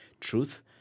truth